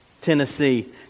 Tennessee